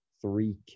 three